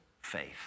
faith